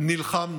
נלחמנו.